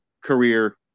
career